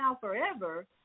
forever